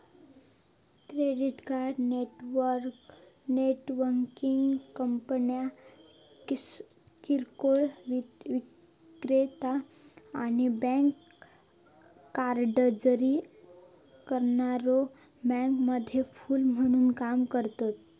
credit card networking कंपन्यो किरकोळ विक्रेता आणि बँक कार्ड जारी करणाऱ्यो बँकांमधलो पूल म्हणून काम करतत